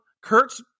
Kurt's